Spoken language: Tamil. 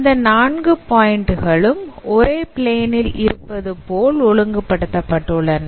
அந்த நான்கு பாயிண்டு களும் ஒரே பிளேன் ல் இருப்பதுபோல் ஒழுங்கு படுத்தப்பட்டுள்ளன